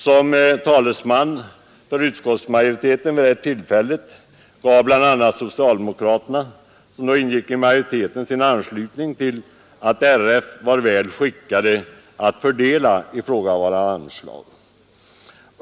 Socialdemokraterna, som då ingick i utskottsmajoriteten, anslöt sig till uppfattningen att RF var väl skickat att fördela ifrågavarande anslag.